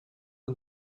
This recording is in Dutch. een